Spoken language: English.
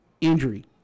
injury